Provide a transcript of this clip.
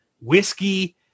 whiskey